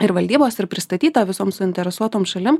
ir valdybos ir pristatyta visom suinteresuotom šalim